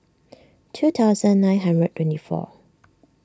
two thousand nine hundred twenty four